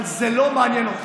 אבל זה לא מעניין אתכם.